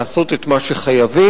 לעשות את מה שחייבים,